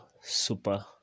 super